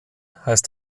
heißt